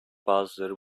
bazıları